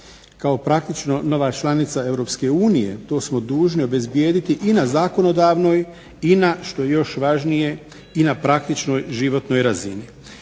Kao praktično nova članica Europske unije to smo dužni obezbijediti i na zakonodavnoj i na što je još važnije i na praktičnoj životnoj razini.